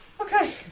Okay